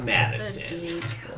Madison